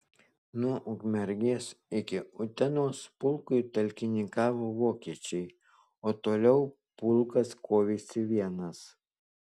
nuo ukmergės iki utenos pulkui talkininkavo vokiečiai o toliau pulkas kovėsi vienas